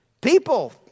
People